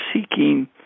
seeking